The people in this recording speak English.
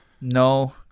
No